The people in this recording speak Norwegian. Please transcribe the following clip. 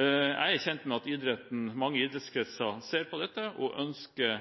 Jeg er kjent med at mange idrettskretser ser på dette og ønsker